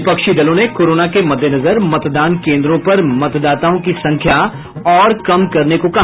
विपक्षी देलों ने कोरोना के मद्देनजर मतदान केन्द्रों पर मतदाताओं की संख्या और कम करने को कहा